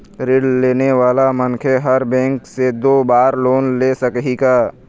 ऋण लेने वाला मनखे हर बैंक से दो बार लोन ले सकही का?